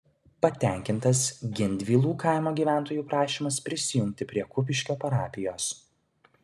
patenkintas gindvilų kaimo gyventojų prašymas prijungti prie kupiškio parapijos